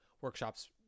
workshops